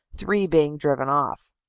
three being driven off.